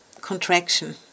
contraction